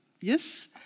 Yes